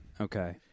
okay